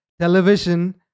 television